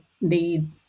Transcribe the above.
need